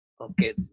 Okay